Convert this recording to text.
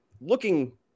looking